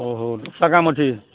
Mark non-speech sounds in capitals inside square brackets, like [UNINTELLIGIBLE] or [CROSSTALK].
ଓହୋ [UNINTELLIGIBLE]